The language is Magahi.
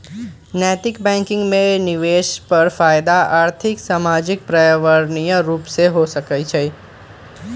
नैतिक बैंकिंग में निवेश पर फयदा आर्थिक, सामाजिक, पर्यावरणीय रूपे हो सकइ छै